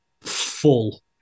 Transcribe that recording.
full